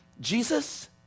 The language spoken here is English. Jesus